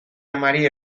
amari